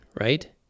right